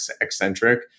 eccentric